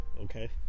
okay